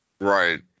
Right